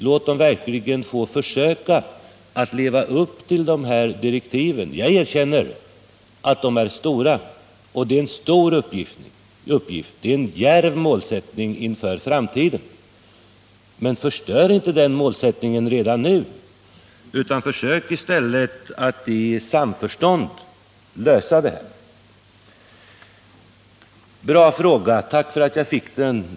Låt den få försöka leva upp till direktiven. Jag erkänner att de är omfattande och att det är en stor uppgift, att målsättningen inför framtiden är djärv. Men förstör inte den målsättningen redan nu, utan försök i stället medverka till en samförståndslösning. Det var en bra fråga, Birgitta Dahl; tack för att jag fick den.